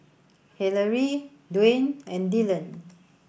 Hillery Dwaine and Dillan